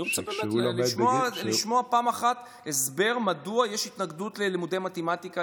אני רוצה באמת לשמוע פעם אחת הסבר מדוע יש התנגדות ללימודי מתמטיקה,